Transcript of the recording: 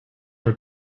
our